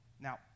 Now